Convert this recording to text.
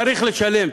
צריך לשלם,